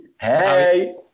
Hey